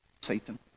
Satan